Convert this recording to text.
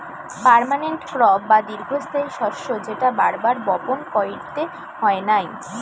permanent crop বা দীর্ঘস্থায়ী শস্য যেটা বার বার বপণ কইরতে হয় নাই